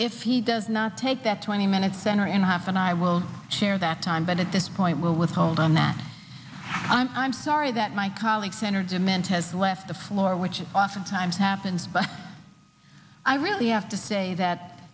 if he does not take that twenty minutes center and a half and i will share that time but at this point will withhold on that i'm i'm sorry that my colleagues entertainment has left the floor which is oftentimes happens but i really have to say that